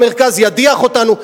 המרכז ידיח אותנו.